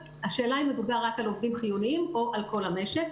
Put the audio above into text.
השאלה אם מדובר רק על עובדים חיוניים או על כל המשק?